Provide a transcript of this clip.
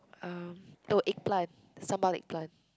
um oh eggplant sambal eggplant